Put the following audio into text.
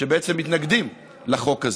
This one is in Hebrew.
שמתנגדים לחוק הזה,